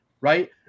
Right